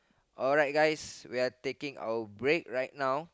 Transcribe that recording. alright guys we are taking our break right now